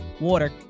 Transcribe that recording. water